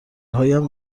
هایم